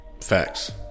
Facts